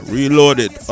Reloaded